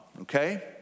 Okay